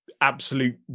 absolute